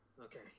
Okay